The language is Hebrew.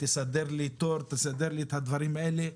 תסדר לי תור, תסדר לי את הדברים האלה,